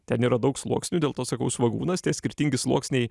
ten yra daug sluoksnių dėl to sakau svogūnas tie skirtingi sluoksniai